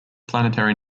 planetary